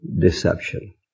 deception